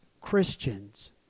Christians